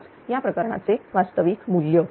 005 या प्रकरणाचे वास्तविक मूल्य